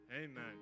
Amen